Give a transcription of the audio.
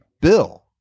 Bill